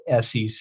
SEC